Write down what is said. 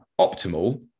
optimal